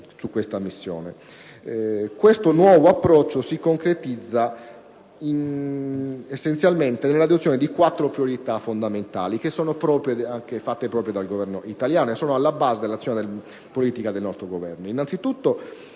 Questo nuovo approccio si concretizza essenzialmente nell'adozione di quattro priorità fondamentali che sono state fatte proprie anche dal Governo italiano e sono alla base dell'azione politica del nostro Governo.